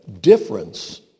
difference